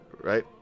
Right